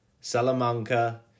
Salamanca